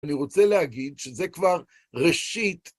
אני רוצה להגיד שזה כבר ראשית.